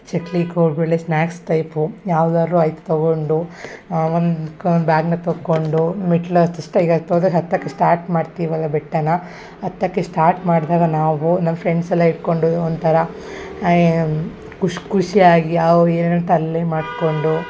ಚಕ್ಕುಲಿ ಕೋಡುಬಳೆ snacks type ಯಾವ್ದಾದ್ರು ಆಯ್ತು ತಗೊಂಡು ಒಂದು ಬ್ಯಾಗನ್ನ ತಕ್ಕೊಂಡು ಮೆಟ್ಲು ಹತ್ತಕ್ಕೆ ಸ್ಟಾಟ್ ಮಾಡ್ತೀವಲ್ಲ ಬೆಟ್ಟನ ಹತ್ತಕ್ಕೆ ಸ್ಟಾಟ್ ಮಾಡಿದಾಗ ನಾವು ನಮ್ಮ ಫ್ರೆಂಡ್ಸೆಲ್ಲ ಹಿಡ್ಕೊಂಡು ಒಂಥರ ಖುಷಿ ಖುಷಿಯಾಗಿ ಅವು ಏನೇನೋ ತರಲೆ ಮಾಡಿಕೊಂಡು